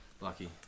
Lucky